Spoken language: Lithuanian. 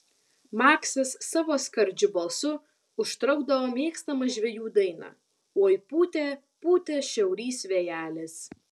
maksas savo skardžiu balsu užtraukdavo mėgstamą žvejų dainą oi pūtė pūtė šiaurys vėjelis